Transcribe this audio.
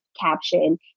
caption